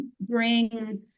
Bring